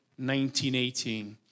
1918